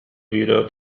إلى